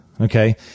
okay